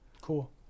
cool